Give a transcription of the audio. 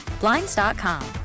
Blinds.com